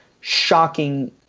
shocking